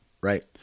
Right